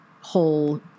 whole